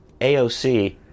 AOC